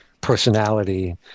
personality